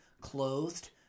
clothed